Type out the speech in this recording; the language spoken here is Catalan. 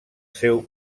seu